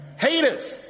Haters